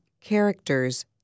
characters